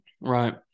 right